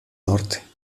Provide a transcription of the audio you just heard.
norte